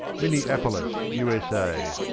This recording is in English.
minneapolis, u. s. a.